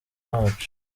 wacu